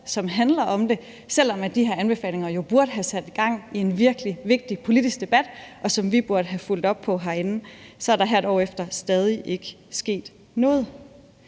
som handler om det. Selv om de her anbefalinger jo burde have sat gang i en virkelig vigtig politisk debat, hvor vi burde have fulgt op på det herinde, så er der her et år efter stadig ikke sket noget.